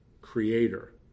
Creator